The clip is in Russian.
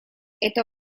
это